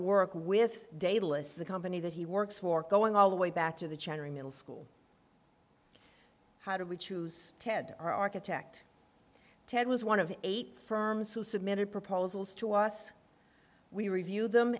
work with davis the company that he works for going all the way back to the chattering middle school how do we choose ted architect ted was one of eight firms who submitted proposals to us we reviewed them